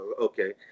Okay